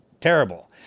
terrible